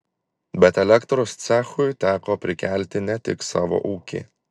bet elektros cechui teko prikelti ne tik savo ūkį